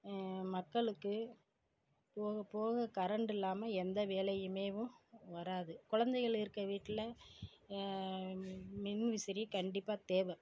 மக்களுக்கு போக போக கரண்ட் இல்லாமல் எந்த வேலையுமேவும் வராது குழந்தைகள் இருக்க வீட்டில மின் விசிறி கண்டிப்பாக தேவை